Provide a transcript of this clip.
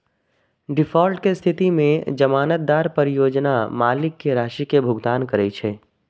default के स्थिति मे जमानतदार परियोजना मालिक कें राशि के भुगतान करै छै